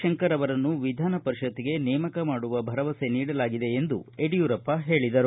ಶಂಕರ ಅವರನ್ನು ವಿಧಾನ ಪರಿಷತ್ಗೆ ನೇಮಕ ಮಾಡುವ ಭರವಸೆ ನೀಡಲಾಗಿದೆ ಎಂದು ಯಡಿಯೂರಪ್ಪ ಹೇಳಿದರು